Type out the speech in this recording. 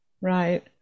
right